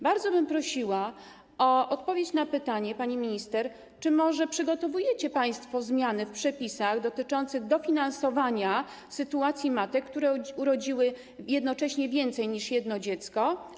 Bardzo bym prosiła o odpowiedź na pytanie, pani minister, czy może przygotowujecie państwo zmiany w przepisach dotyczących dofinansowania, jeżeli chodzi o sytuację matek, które urodziły jednocześnie więcej niż jedno dziecko.